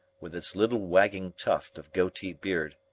with its little wagging tuft of goatee beard.